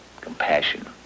compassion